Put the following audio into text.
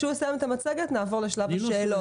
אז כשהוא יסיים את המצגת נעבור לשלב השאלות.